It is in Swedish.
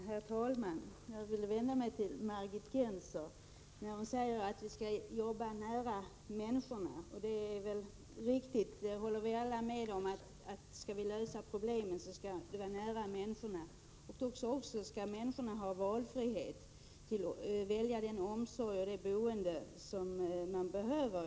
Herr talman! Jag vill vända mig till Margit Gennser, som säger att vi skall jobba nära människorna. Vi håller väl alla med om att problemen skall lösas nära människorna. Dessa skall också ha frihet att välja den omsorg och det boende som de helst vill ha.